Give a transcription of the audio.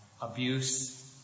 abuse